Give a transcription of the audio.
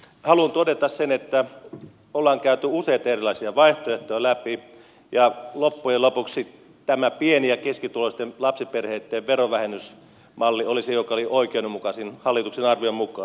haluan todeta sen että me olemme käyneet useita erilaisia vaihtoehtoja läpi ja loppujen lopuksi tämä pieni ja keskituloisten lapsiperheitten verovähennysmalli oli se joka oli oikeudenmukaisin hallituksen arvion mukaan